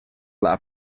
pla